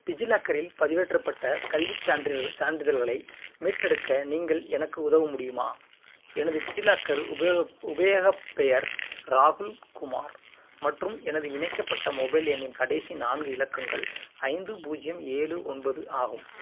டிஜிலாக்கரில் பதிவேற்றப்பட்ட கல்விச் சான்றிதழ் சான்றிதழ்களை மீட்டெடுக்க நீங்கள் எனக்கு உதவ முடியுமா எனது டிஜிலாக்கர் உபயோகப் உபயோகப் பெயர் ராகுல் குமார் மற்றும் எனது இணைக்கப்பட்ட மொபைல் எண்ணின் கடைசி நான்கு இலக்கங்கள் ஐந்து பூஜ்ஜியம் ஏழு ஒன்பது ஆகும்